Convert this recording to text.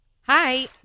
Hi